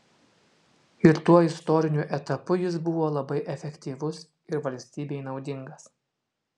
ir tuo istoriniu etapu jis buvo labai efektyvus ir valstybei naudingas